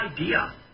idea